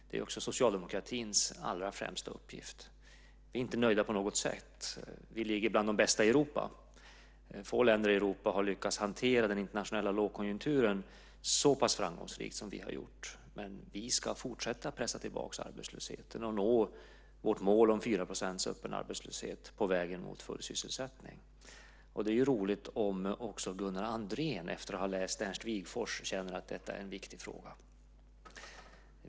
Det är också socialdemokratins allra främsta uppgift. Vi är inte på något sätt nöjda. Men vi tillhör de bästa i Europa. Få länder i Europa har lyckats hantera den internationella lågkonjunkturen så pass framgångsrikt som vi har gjort, men vi ska fortsätta med att pressa tillbaka arbetslösheten och nå vårt mål om 4 % öppen arbetslöshet på vägen mot full sysselsättning. Det är roligt om också Gunnar Andrén efter att ha läst Ernst Wigforss känner att detta är en viktig fråga.